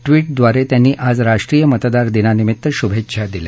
ट्वीटद्वारे त्यांनी आज राष्ट्रीय मतदार दिनानिमित्त शुभेच्छा दिल्या